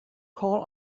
call